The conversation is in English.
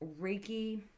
Reiki